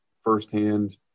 firsthand